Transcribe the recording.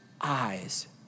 eyes